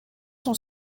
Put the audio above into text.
sont